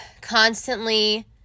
constantly